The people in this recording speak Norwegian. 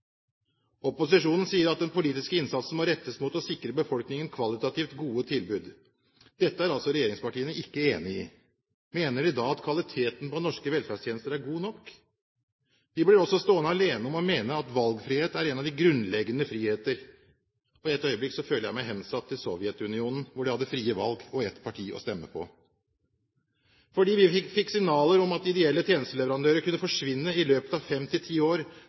Opposisjonen sier at den politiske innsatsen må rettes mot å sikre befolkningen kvalitativt gode tilbud. Dette er altså regjeringspartiene ikke enige i. Mener de da at kvaliteten på norske velferdstjenester er god nok? Vi blir også stående alene om å mene at valgfrihet er en av de grunnleggende friheter, og et øyeblikk føler jeg meg hensatt til Sovjetunionen, hvor de hadde frie valg – og ett parti å stemme på. Fordi vi fikk signaler om at ideelle tjenesteleverandører kunne forsvinne i løpet av